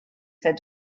said